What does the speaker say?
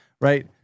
right